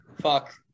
Fuck